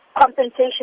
compensation